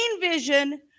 vision